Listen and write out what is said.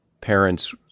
parents